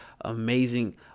amazing